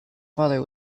father